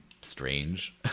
strange